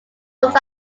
both